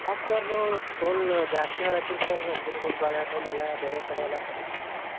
ಯಾಕೆ ಸರ್ ನೀವು ತೊಲ ಜಾಸ್ತಿ ಹೇಳತಿರ ಸರ್ ನಂಜನ್ಗೂಡು ಬಾಳೆ ಹಣ್ಣು ಇಲ್ಲಲ್ಲ ಬೇರೆ ಕಡೆ ಎಲ್ಲ ಕಡಿಮೆ ಹೇಳತ್ರು